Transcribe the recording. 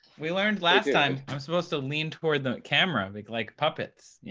we learned last time, i'm supposed to lean toward the camera like like puppets. yeah